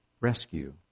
rescue